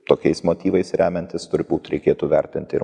tokiais motyvais remiantis turbūt reikėtų vertinti ir